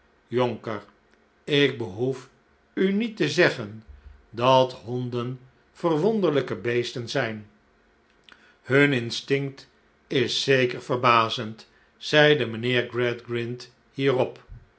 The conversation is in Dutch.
jonker ik behoef u niet te zeggen dat honden verwonderlijke beesten zh'n hun instinct is zeker verbazend zeide mijnheer gradgrind hierop